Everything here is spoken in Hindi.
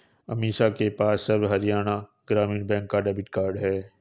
अमीषा के पास सर्व हरियाणा ग्रामीण बैंक का डेबिट कार्ड है